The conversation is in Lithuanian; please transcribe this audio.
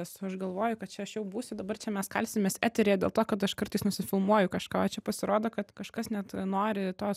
esu aš galvoju kad čia aš jau būsiu dabar čia mes kalsimės eteryje dėl to kad aš kartais nusifilmuoju kažką o čia pasirodo kad kažkas net nori to